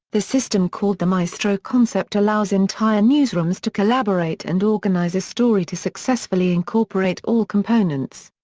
the system called the maestro concept allows entire newsrooms to collaborate and organize a story to successfully incorporate all components.